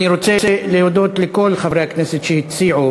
אני רוצה להודות לכל חברי הכנסת שהציעו